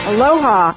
Aloha